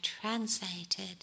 translated